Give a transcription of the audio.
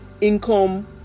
income